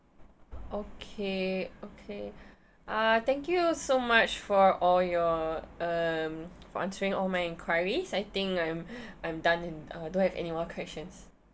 okay okay uh thank you so much for all your um for answering all my enquiries I think I'm I'm done in uh don't have anymore questions